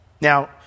Now